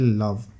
love